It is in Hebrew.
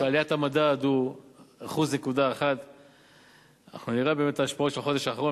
שעליית המדד היא 1.1%. אנחנו נראה באמת את ההשפעות של החודש האחרון.